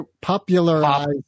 popularized